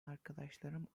arkadaşlarım